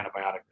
antibiotic